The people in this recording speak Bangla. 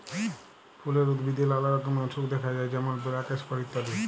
ফুলের উদ্ভিদে লালা রকমের অসুখ দ্যাখা যায় যেমল ব্ল্যাক স্পট ইত্যাদি